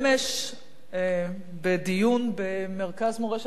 בדיון במרכז מורשת מנחם בגין,